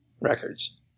records